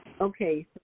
Okay